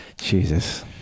Jesus